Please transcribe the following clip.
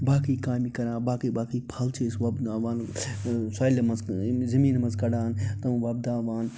باقٕے کامہِ کران باقٕے باقٕے پھل چھِ أسۍ وۄپداوان سویلہِ منٛز ییٚمہِ زمیٖن منٛز کڑان تِم وۄپداوان